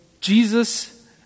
Jesus